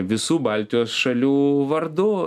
visų baltijos šalių vardu